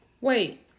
Wait